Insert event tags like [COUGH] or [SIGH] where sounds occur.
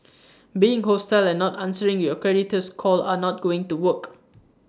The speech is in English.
[NOISE] being hostile and not answering your creditor's call are not going to work [NOISE]